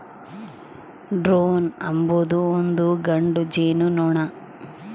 drone ಅಂಬೊದು ಒಂದು ಗಂಡು ಜೇನುನೊಣ